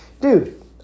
dude